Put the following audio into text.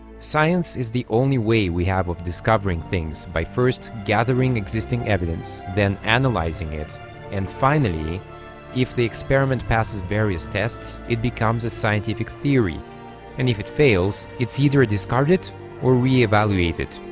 science is the only way we have of discovering things by first gathering existing evidence then analyzing it and finally if the experiment passes various tests it becomes a scientific theory and if it fails it's either discarded or re-evaluated